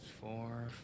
Four